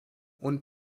und